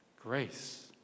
Grace